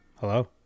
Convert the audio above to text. Hello